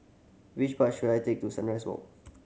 which bus should I take to Sunrise Walk